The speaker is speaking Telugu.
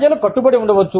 ప్రజలు కట్టుబడి ఉండవచ్చు